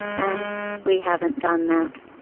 and we haven't done that.